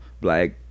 black